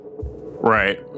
Right